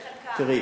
בחלקם.